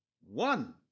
one